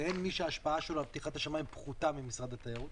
אין מי שההשפעה שלו על פתיחת השמים פחותה ממשרד התיירות.